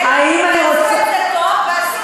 הסינים עשו את זה טוב ועשו את,